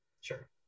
Sure